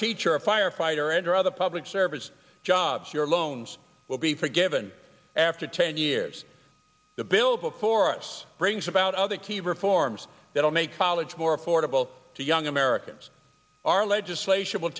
teacher or a firefighter and or other public service jobs your loans will be forgiven after ten years the bill before us brings about other key reforms that will make college more affordable to young americans our legislation will